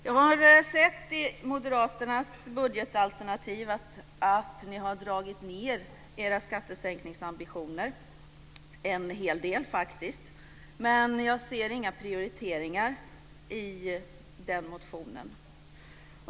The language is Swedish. Jag har sett i Moderaternas budgetalternativ att ni faktiskt har dragit ned era skattesänkningsambitioner en hel del. Men jag ser inga prioriteringar i motionen.